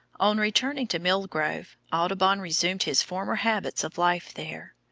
on returning to mill grove, audubon resumed his former habits of life there.